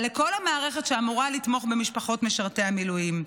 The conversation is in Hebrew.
לכל המערכת שאמורה לתמוך במשפחות משרתי המילואים.